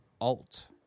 alt